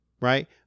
right